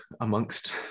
amongst